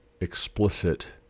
explicit